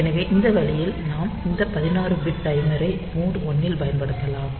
எனவே இந்த வழியில் நாம் இந்த 16 பிட் டைமரை மோட் 1 இல் பயன்படுத்தலாம்